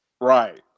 Right